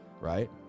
right